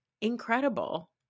incredible